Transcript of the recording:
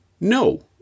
No